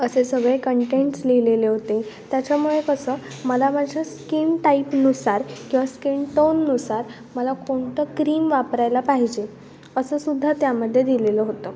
असे सगळे कंटेंट्स लिहिलेले होते त्याच्यामुळे कसं मला माझ्या स्किन टाईपनुसार किंवा स्किन टोननुसार मला कोणतं क्रीम वापरायला पाहिजे असंसुद्धा त्यामध्ये दिलेलं होतं